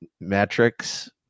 metrics